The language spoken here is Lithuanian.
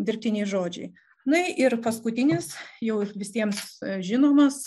dirbtiniai žodžiai na ir paskutinis jau visiems žinomas